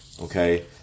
Okay